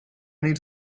need